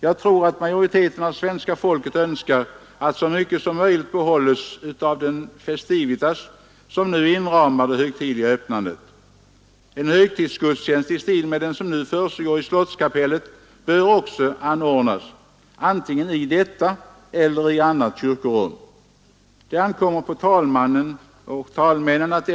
Jag tror att majoriteten av svenska folket önskar att så mycket som möjligt behålles av den festivitas som nu inramar det högtidliga öppnandet. En högtidsgudstjänst i stil med den som nu försiggår i slottskapellet bör också anordnas, antingen i detta eller i annat kyrkorum. Det ankommer på talmannen att